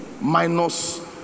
minus